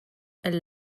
elle